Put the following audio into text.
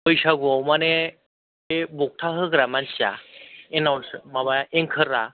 बैसागुआव माने बे बखथा होग्रा मानसिया एनाउन्स माबा एंकोरा